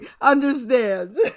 understand